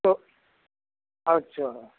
ਤੋ ਅੱਛਾ